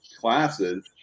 classes